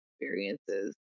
experiences